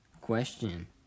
question